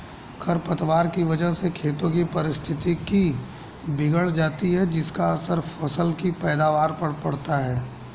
खरपतवार की वजह से खेतों की पारिस्थितिकी बिगड़ जाती है जिसका असर फसल की पैदावार पर पड़ता है